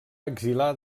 exiliar